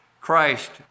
Christ